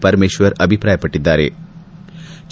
ಪರಮೇಶ್ವರ್ ಅಭಿಪ್ರಾಯಪಟ್ಟದ್ದಾರೆ